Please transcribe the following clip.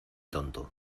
tonto